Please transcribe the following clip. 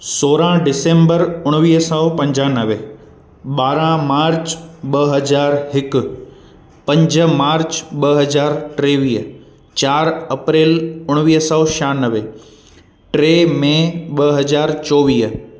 सोरहां डिसेंबर उणिवीह सौ पंजानवे ॿारहं मार्च ॿ हज़ार हिकु पंज मार्च ॿ हज़ार टेवीह चारि अप्रैल उणिवीह सौ छहानवे टे मे ॿ हज़ार चोवीह